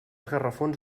gafarrons